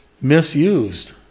misused